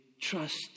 trust